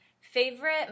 Favorite